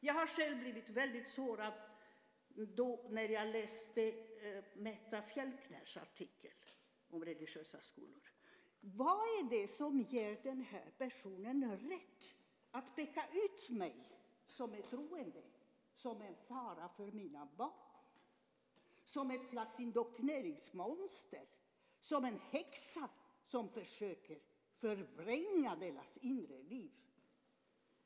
Jag blev själv väldigt sårad när jag läste Metta Fjelkners artikel om religiösa skolor. Vad är det som ger den här personen rätt att peka ut mig som är troende som en fara för mina barn, som ett slags indoktrineringsmonster, som en häxa som försöker förvränga barnens inre liv?